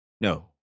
No